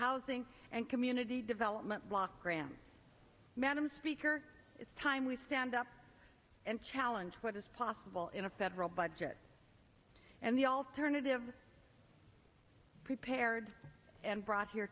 housing and community development block grant madam speaker it's time we stand up and challenge what is possible in a federal budget and the alternative prepared and brought here